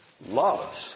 loves